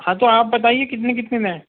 ہاں تو آپ بتائیے کتنی کتنی دیں